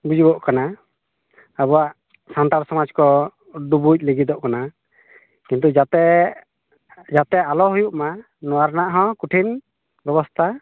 ᱵᱩᱡᱚᱜ ᱠᱟᱱᱟ ᱟᱵᱚᱭᱟᱜ ᱥᱟᱱᱛᱟᱲ ᱥᱚᱢᱟᱡᱠᱚ ᱰᱩᱵᱩᱡ ᱞᱟᱹᱜᱤᱫᱚᱜ ᱠᱟᱱᱟ ᱠᱤᱱᱛᱩ ᱡᱟᱛᱮ ᱡᱟᱛᱮ ᱟᱞᱚ ᱦᱩᱭᱩᱜᱢᱟ ᱱᱚᱣᱟ ᱨᱮᱱᱟᱜ ᱦᱚ ᱠᱩᱴᱷᱤᱱ ᱵᱮᱵᱚᱥᱛᱟ